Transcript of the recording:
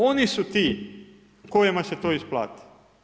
Oni su ti kojima se to isplati.